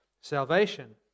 salvation